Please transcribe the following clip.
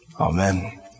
Amen